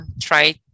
try